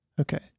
okay